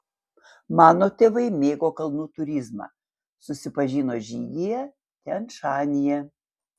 mano tėvai mėgo kalnų turizmą susipažino žygyje tian šanyje